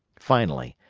finally,